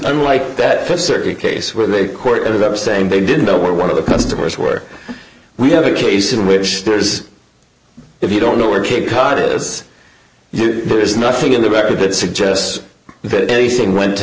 unlike that first circuit case where they court ended up saying they didn't know where one of the customers were we have a case in which there's if you don't know where cape cod it is there's nothing in the record that suggests that anything went to